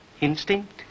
Instinct